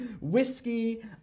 whiskey